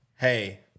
hey